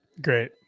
Great